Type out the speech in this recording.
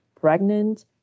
pregnant